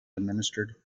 administered